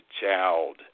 child